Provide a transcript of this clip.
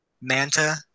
Manta